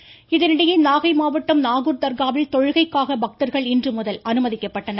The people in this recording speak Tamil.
நாகூர் நாகை மாவட்டம் நாகூர் தர்காவில் தொழுகைக்காக பக்தர்கள் இன்றுழுதல் அனுமதிக்கப்பட்டனர்